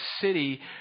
city